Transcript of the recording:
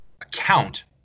account